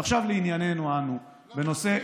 ועכשיו לענייננו אנו בנושא,